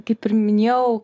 kaip ir minėjau